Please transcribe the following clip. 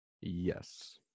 Yes